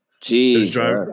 Jesus